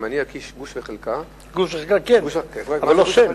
אם אני אקיש גוש וחלקה, גוש וחלקה כן, אבל לא שם.